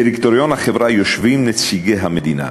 בדירקטוריון החברה יושבים נציגי המדינה.